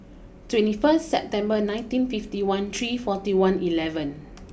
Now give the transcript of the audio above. twenty four September nineteen fifty one three forty one eleven